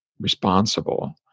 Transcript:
responsible